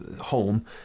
home